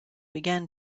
began